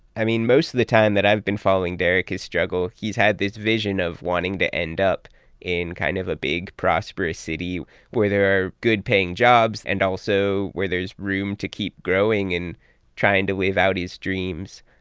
i mean, most of the time that i've been following derek and his struggle, he's had this vision of wanting to end up in kind of a big prosperous city where there good-paying jobs and also where there's room to keep growing and trying to live out his dreams.